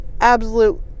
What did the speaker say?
absolute